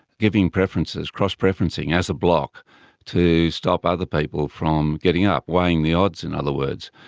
giving preferences, cross preferencing, as a block to stop other people from getting up. weighing the odds, in other words.